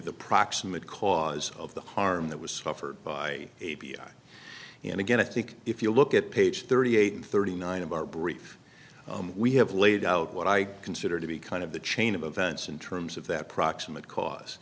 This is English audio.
the proximate cause of the harm that was suffered by a b i and again i think if you look at page thirty eight thirty nine of our brief we have laid out what i consider to be kind of the chain of events in terms of that proximate cause